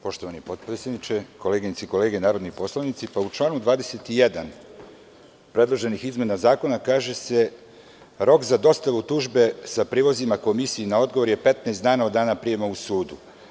Poštovani potpredsedniče, koleginice i kolege narodni poslanici, u članu 21. predloženih izmena Zakona, kaže se – rok za dostavu tužbe sa prilozima komisiji na odgovor je 15 dana, od dana prijema u sudu.